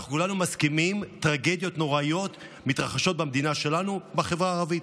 כולנו מסכימים שטרגדיות נוראיות מתרחשות במדינה שלנו בחברה הערבית.